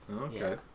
Okay